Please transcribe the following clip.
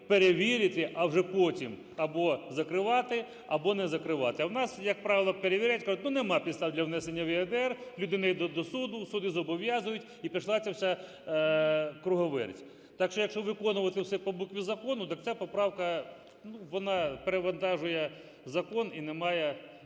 перевірити, а вже потім або закривати, або не закривати. А в нас, як правило, перевіряють, кажуть, ну, нема підстав для внесення в ЄРДР, люди не йдуть до суду, суди зобов'язують, і пішла ця вся круговерть. Так що, якщо виконувати все по букві закону, так ця поправка, ну, вона перевантажує закон і не має